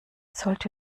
sollte